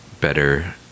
better